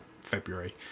February